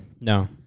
No